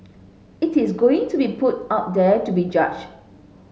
it is going to be put out there to be judged